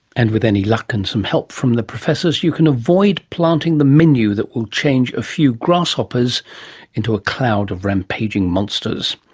and with any luck and some help from the professors you can avoid planting the menu that will change a few grasshoppers into a cloud of rampaging monsters.